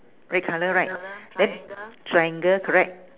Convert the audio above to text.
red colour right then triangle correct